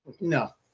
No